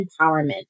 empowerment